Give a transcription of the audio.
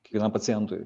kiekvienam pacientui